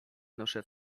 noszę